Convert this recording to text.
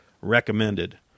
Recommended